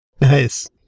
Nice